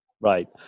Right